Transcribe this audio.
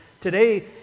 Today